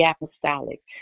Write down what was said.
apostolic